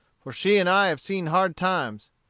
for she and i have seen hard times.